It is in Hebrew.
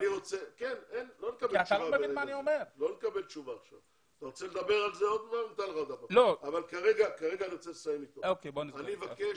אני מבקש,